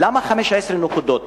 למה 15 נקודות,